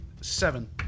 Seven